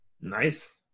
Nice